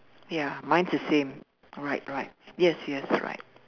ya mine's the same right right yes yes right